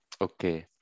Okay